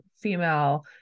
female